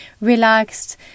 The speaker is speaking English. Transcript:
relaxed